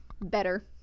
better